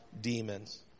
demons